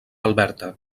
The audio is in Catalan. alberta